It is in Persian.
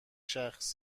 شخص